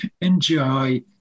Enjoy